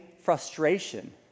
frustration